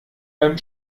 beim